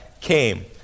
came